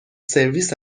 سرویس